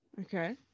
Okay